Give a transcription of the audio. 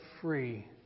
free